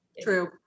True